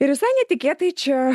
ir visai netikėtai čia